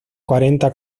cuarenta